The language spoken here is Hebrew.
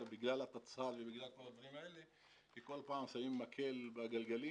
בגלל התצ"ר ובגלל כל הדברים האלה כי כל פעם שמים מקל בגלגלים,